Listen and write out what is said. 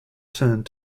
turned